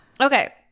Okay